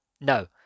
no